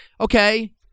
okay